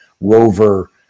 rover